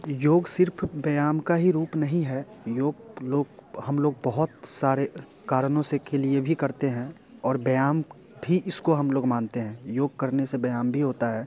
योग सिर्फ व्यायाम का ही रूप नहीं है योग लोग हम लोग बहुत सारे कारणों से के लिए भी करते हैं और व्यायाम भी इसको हम लोग मानते हैं योग करने से व्यायाम भी होता है